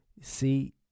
see